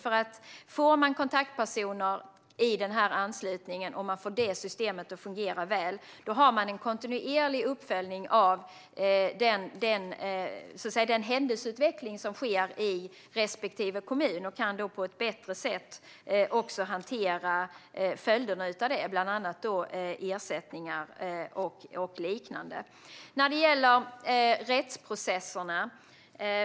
Om man får kontaktpersoner i anslutningen och får systemet att fungera väl har man en kontinuerlig uppföljning av händelseutvecklingen i respektive kommun. Man kan då på ett bättre sätt också hantera följderna av detta, bland annat ersättningar och liknande. Lotta Finstorp frågar om rättsprocesserna.